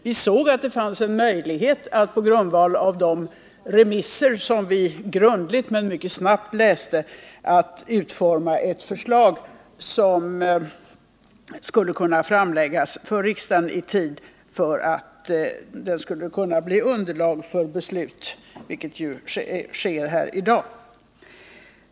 Vi såg att det fanns en möjlighet att på grundval av remissvaren, som vi grundligt men mycket snabbt läste, utforma ett förslag som skulle kunna framläggas för riksdagen vid sådan tidpunkt att det skulle kunna bli underlag för beslut, vilket ju sker här i dag.